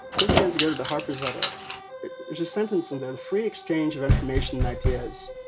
just again, to go to the harper's letter was a sentence and then free exchange of information and ideas.